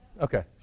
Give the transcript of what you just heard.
okay